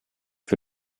für